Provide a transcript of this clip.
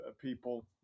people